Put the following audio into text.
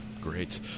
Great